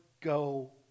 go